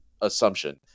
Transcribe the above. assumption